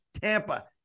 Tampa